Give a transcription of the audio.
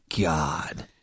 god